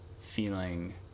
feeling